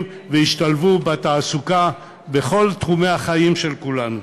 וישתלבו בתעסוקה בכל תחומי החיים של כולנו.